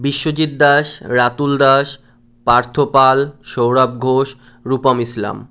Biswajit Das Ratul Das Partha Pal Sourav Ghosh Rupam Islam